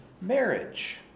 marriage